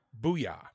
Booyah